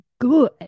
good